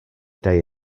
day